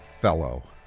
fellow